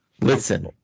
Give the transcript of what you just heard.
Listen